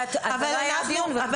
אבל אנחנו אומרים --- לימור סון הר מלך